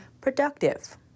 productive